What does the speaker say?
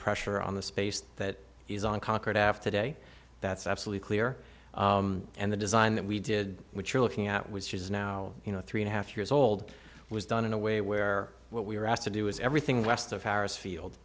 pressure on the space that is on concord after day that's absolutely clear and the design that we did which you're looking at which is now you know three and a half years old was done in a way where what we were asked to do is everything west of paris field